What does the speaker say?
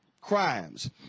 crimes